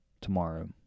tomorrow